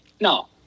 no